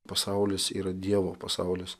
pasaulis yra dievo pasaulis